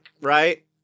right